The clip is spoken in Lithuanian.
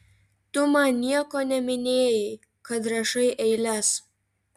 tu man nieko neminėjai kad rašai eiles